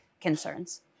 concerns